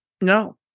no